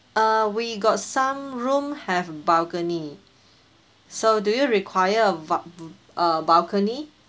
uh we got some room have balcony so do you require a val~ v~ uh balcony